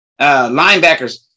Linebackers